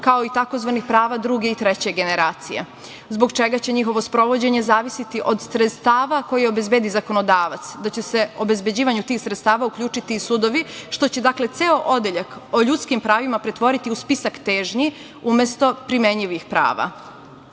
kao i tzv. prava druge i treće generacije, a zbog čega će njihovo sprovođenje zavisiti od sredstava koje obezbedi zakonodavac, da će se u obezbeđivanju tih sredstava uključiti i sudovi što će, dakle, ceo odeljak o ljudskim pravima pretvoriti u spisak težnji umesto primenjivih prava.